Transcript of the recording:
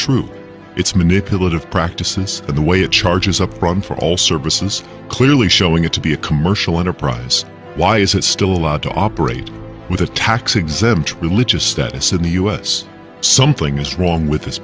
true its manipulative practices and the way it charges a problem for all services clearly showing it to be a commercial enterprise why is it still allowed to operate with a tax exempt religious status in the us something is wrong with this